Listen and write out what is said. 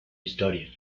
historia